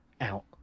out